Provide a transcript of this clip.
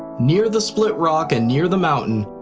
near the split rock and near the mountain,